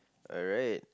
alright